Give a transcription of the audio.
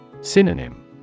Synonym